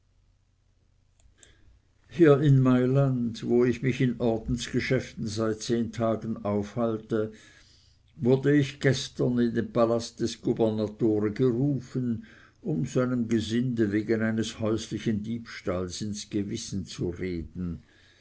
hier in mailand wo ich mich in ordensgeschäften seit zehn tagen aufhalte wurde ich gestern in den palast des gubernatore gerufen um seinem gesinde wegen eines häuslichen diebstahls ins gewissen zu reden